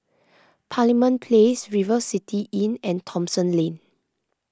Parliament Place River City Inn and Thomson Lane